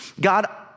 God